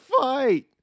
fight